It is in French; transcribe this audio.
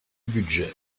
budget